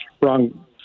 wrong